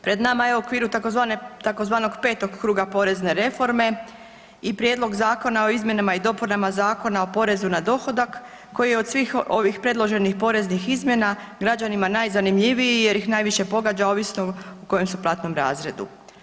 Pred nama je u okviru tzv. petog kruga porezne reforme i Prijedlog zakona o izmjenama i dopunama Zakona o porezu na dohodak koji je od svih ovih predloženih poreznih izmjena građanima najzanimljiviji jer ih najviše pogađa ovisno u kojem su platnom razredu.